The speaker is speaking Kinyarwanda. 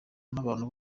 n’abantu